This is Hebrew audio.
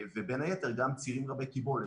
ובין היתר גם צירים רבי-קיבלת.